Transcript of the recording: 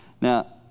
now